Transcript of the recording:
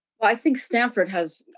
well, i think stanford has